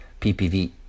PPV